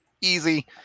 easy